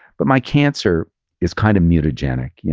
but my cancer is kind of mutagenic. yeah